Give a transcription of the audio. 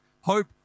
hope